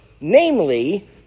namely